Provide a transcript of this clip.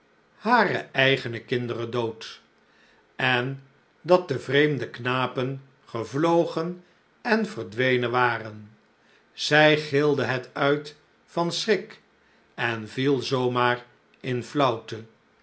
hare eigene kinderen dood en dat de vreemde knapen gevlogen en verdwenen waren zij gilde het uit van schrik en viel zoo maar in flaauwte